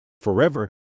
Forever